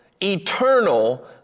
eternal